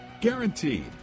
Guaranteed